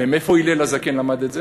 ומאיפה הלל הזקן למד את זה?